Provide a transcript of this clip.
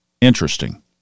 Interesting